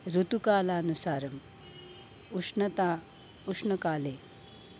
ऋतुकालानुसारम् उष्णता उष्णकाले